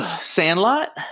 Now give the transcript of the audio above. Sandlot